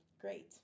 great